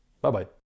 Bye-bye